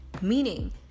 Meaning